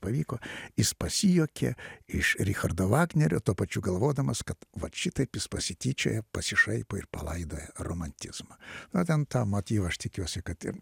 pavyko jis pasijuokė iš richardo vagnerio tuo pačiu galvodamas kad vat šitaip jis pasityčioja pasišaipo ir palaidoja romantizmą na ten tą motyvą aš tikiuosi kad